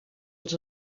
als